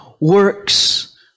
works